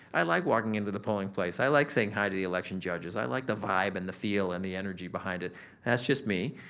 i like walking into the polling place. i like saying hi to the election judges. i like the vibe and the feel and the energy behind it and that's just me.